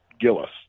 Gillis